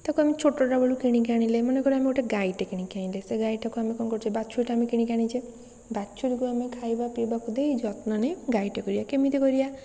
ତାକୁ ଆମେ ଛୋଟଟାବେଳୁ କିଣିକି ଆଣିଲେ ମନେକର ଗୋଟେ ଗାଈଟେ କିଣିକି ଆଣିଲେ ସେ ଗାଈଟାକୁ ଆମେ କ'ଣ କରୁଛେ ବାଛୁରୀଟା ଆମେ କିଣିକି ଆଣିଛେ ବାଛୁରୀକୁ ଆମେ ଖାଇବା ପିଇବାକୁ ଦେଇ ଯତ୍ନ ନେଇ ଗାଇଟେ କରିବା କେମିତି କରିବା